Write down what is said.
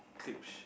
clips